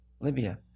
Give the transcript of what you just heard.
Libya